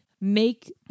make